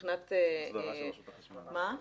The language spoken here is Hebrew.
הסדרה של רשות החשמל.